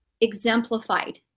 exemplified